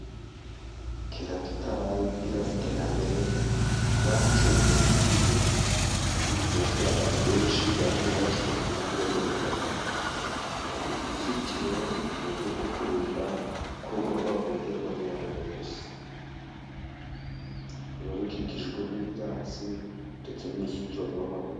Kera tutaragira iterambere ryacu ry'iki gihe ubu rwose abantu benshi bahano iwacu ni uku nguku bubaka inzitiro mu buryo bwo kurinda ko urugo rwavogerwa ni uwo ari we wese. Uru rukikijwe n'ibyatsi ndetse n'uruzitiro rw'amabuye.